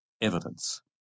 evidence